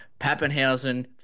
Pappenhausen